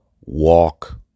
walk